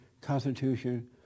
constitution